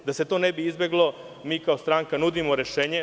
Da bi se to izbeglo, mi kao stranka nudimo rešenje.